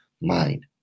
mind